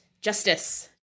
justice